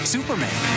Superman